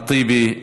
אחמד טיבי,